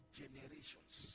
generations